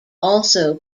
also